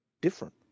different